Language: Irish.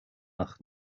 ach